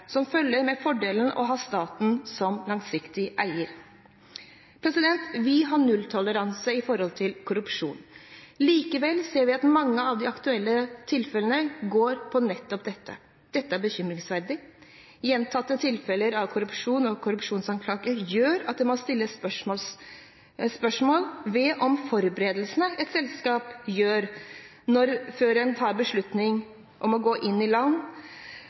som følger med fordelen av å ha staten som langsiktig eier. Vi har nulltoleranse for korrupsjon. Likevel ser vi at mange av de aktuelle tilfellene går på nettopp dette. Det er bekymringsfullt. Gjentatte tilfeller av korrupsjon og korrupsjonsanklager gjør at det må stilles spørsmål om hvorvidt forberedelsene et selskap gjør før det tar beslutning om å gå inn i land,